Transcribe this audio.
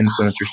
influencers